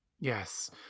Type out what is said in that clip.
yes